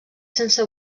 sense